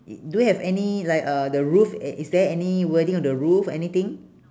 do you have any like uh the roof i~ is there any wording on the roof anything